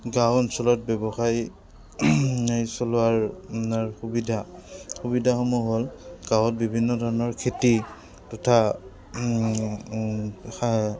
গাঁও অঞ্চলত ব্যৱসায় চলোৱাৰ আৰু সুবিধা সুবিধাসমূহ হ'ল গাঁৱত বিভিন্ন ধৰণৰ খেতি তথা